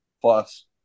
plus